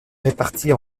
réparties